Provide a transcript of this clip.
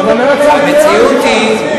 המציאות היא,